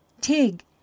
Tig